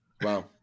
Wow